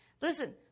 Listen